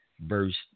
verse